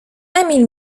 emil